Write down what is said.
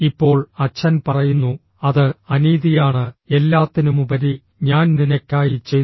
ഇപ്പോൾ അച്ഛൻ പറയുന്നു അത് അനീതിയാണ് എല്ലാത്തിനുമുപരി ഞാൻ നിനയ്ക്കായി ചെയ്തു